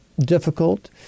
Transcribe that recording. difficult